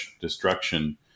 destruction